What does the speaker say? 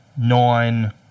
nine